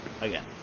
Again